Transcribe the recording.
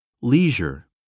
Leisure